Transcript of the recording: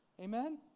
Amen